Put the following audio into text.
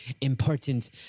important